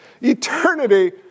Eternity